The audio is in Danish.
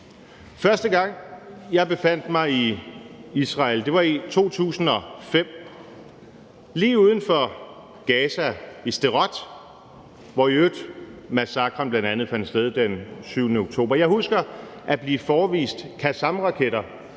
Første gang jeg befandt mig i Israel, var i 2005 lige uden for Gaza i Sderot, hvor massakren i øvrigt bl.a. fandt sted den 7. oktober. Jeg husker at blive forevist quassamraketter,